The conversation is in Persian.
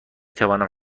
توانم